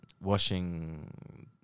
washing